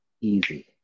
easy